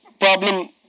problem